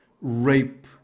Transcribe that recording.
rape